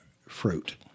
fruit